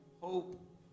hope